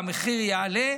והמחיר יעלה.